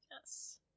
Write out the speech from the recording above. Yes